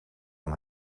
aan